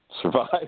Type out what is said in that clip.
survive